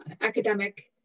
academic